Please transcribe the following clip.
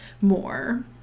more